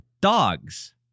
dogs